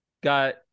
got